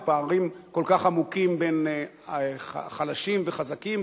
ופערים כל כך עמוקים בין חלשים וחזקים,